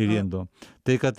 įlindo tai kad